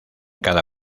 cada